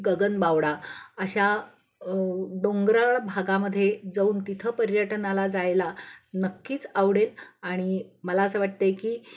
गगन बावडा अशा डोंगराळ भागामध्ये जाऊन तिथं पर्यटनाला जायला नक्कीच आवडेल आणि मला असं वाटतें की